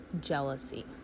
jealousy